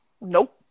Nope